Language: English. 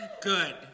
Good